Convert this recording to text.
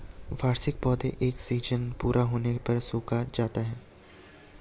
वार्षिक पौधे एक सीज़न पूरा होने पर सूख जाते हैं